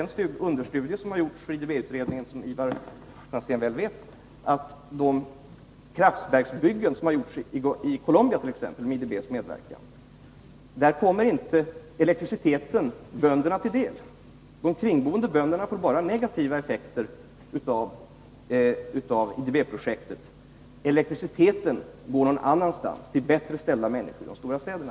En understudie som gjorts för IDB-utredningen — det känner Ivar Franzén väl till — visar när det gäller kraftverksbyggen som kommit till stånd under IDB:s medverkan i Colombia t.ex. att elektriciteten inte kommer bönderna till del. De kringboende bönderna upplever bara de negativa effekterna av IDB projektet. Elektriciteten hamnar någon annanstans, hos de bättre ställda människorna i de stora städerna.